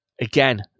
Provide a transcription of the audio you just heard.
again